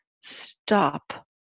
stop